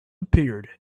appeared